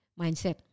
mindset